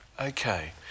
Okay